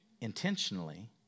intentionally